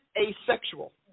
asexual